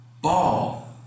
ball